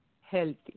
healthy